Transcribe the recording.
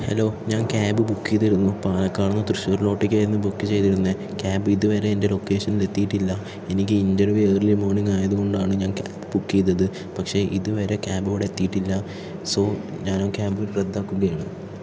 hello ഞാൻ cab book ചെയ്തിരുന്നു പാലക്കാടു നിന്ന് തൃശ്ശുരിലോട്ടേക്കായിരുന്നു ബുക്ക് ചെയ്തിരുന്നത് ക്യാബ് ഇതുവരെ എൻ്റെ ലൊക്കേഷനിൽ എത്തിയിട്ടില്ല എനിക്ക് ഇൻ്റർവ്യൂ ഏർലി മോർണിങ്ങ് ആയതുകൊണ്ടാണ് ഞാൻ ക്യാബ് ബുക്ക് ചെയ്തത് പക്ഷെ ഇതുവരെ ക്യാബ് ഇവിടെ എത്തിയിട്ടില്ല സോ ഞാൻ ആ ക്യാബ് റദ്ദാക്കുകയാണ്